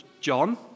John